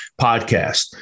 podcast